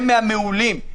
הם מהמעולים.